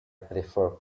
prefer